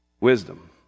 Wisdom